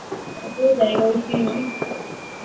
हो जाएगा उसी में